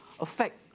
affect